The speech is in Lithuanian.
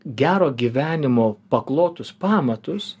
gero gyvenimo paklotus pamatus